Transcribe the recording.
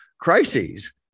crises